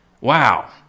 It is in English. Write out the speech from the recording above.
Wow